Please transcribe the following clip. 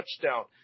touchdown